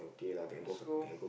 let's go